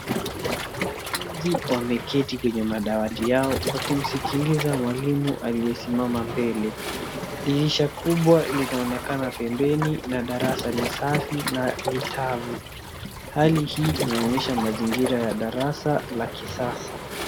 Wanafunzi wameketi kwenye madawati yao wakimsikiliza mwalimu aliyesimama mbele. Dirisha kubwa linaonekana pembeni na darasa ni safi na nidhamu. Hali hii inaonyesha mazingira ya darasa la kisasa.